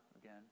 again